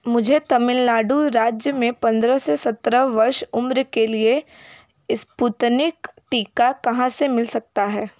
मुझे तमिल नाडु राज्य में पंद्रह से सत्रह वर्ष उम्र के लिए स्पुतनिक टीका कहाँ से मिल सकता है